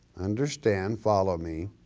understand, follow me,